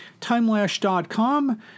Timelash.com